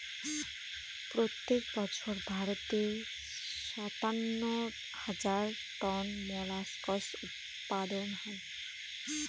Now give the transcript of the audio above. প্রত্যেক বছর ভারতে সাতান্ন হাজার টন মোল্লাসকস উৎপাদন হয়